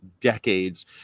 decades